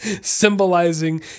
symbolizing